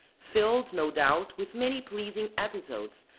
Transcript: filled no doubt with many pleasing episodes,